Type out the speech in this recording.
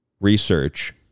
research